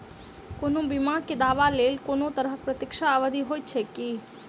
कोनो बीमा केँ दावाक लेल कोनों तरहक प्रतीक्षा अवधि होइत छैक की?